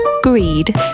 greed